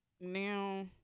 now